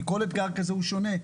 כי כל אתגר כזה הוא שונה.